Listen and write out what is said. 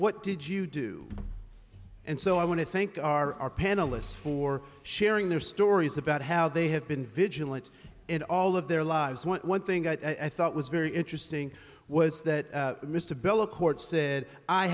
what did you do and so i want to thank our panelists for sharing their stories about how they have been vigilant in all of their lives one thing i thought was very interesting was that mr bellecourt said i